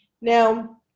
now